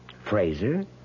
Fraser